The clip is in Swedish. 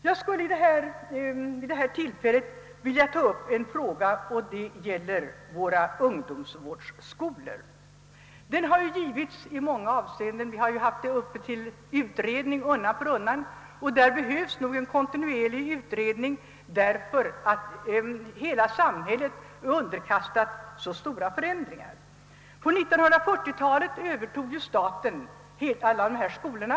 Jag skulle vid detta tillfälle vilja ta upp frågan om våra ungdomsvårdsskolor. Vi har haft frågan uppe till utredning undan för undan. Härvidlag behövs nog en kontinuerlig utredning därför att hela samhället är underkastat så stora förändringar. På 1940-talet övertog staten alla dessa skolor.